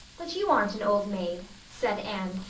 but you aren't an old maid, said anne,